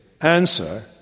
Answer